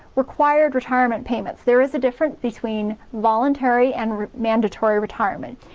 required retirement payments? there is a difference between voluntary and mandatory retirement.